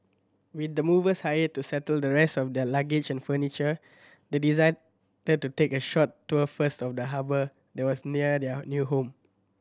with the movers hired to settle the rest of their luggage and furniture they decided to take a short tour first of the harbour that was near their new home